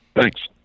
Thanks